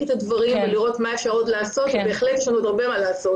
את הדברים ולראות מה אפשר עוד לעשות ובהחלט יש לנו עוד הרבה מה לעשות.